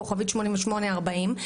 כוכבית 8840,